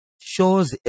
shows